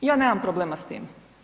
Ja nemam problem s tim.